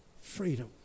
freedom